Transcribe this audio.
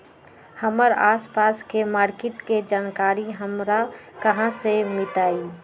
हमर आसपास के मार्किट के जानकारी हमरा कहाँ से मिताई?